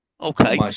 Okay